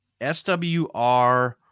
SWR